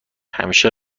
همیشه